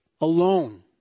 alone